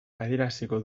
adieraziko